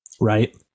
right